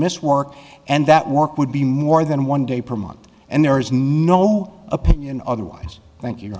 miss work and that work would be more than one day per month and there is no opinion otherwise thank you